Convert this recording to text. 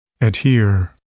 Adhere